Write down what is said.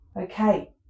Okay